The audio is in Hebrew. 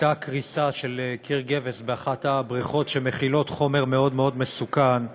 הייתה קריסה של קיר גבס באחת הבריכות שמכילות חומר מאוד מאוד מסוכן,